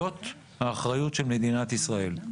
זאת האחריות של מדינת ישראל.